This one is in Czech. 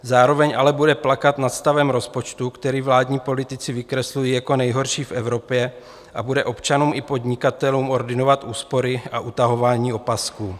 Zároveň ale bude plakat nad stavem rozpočtu, který vládní politici vykreslují jako nejhorší v Evropě, a bude občanům i podnikatelům ordinovat úspory a utahování opasků.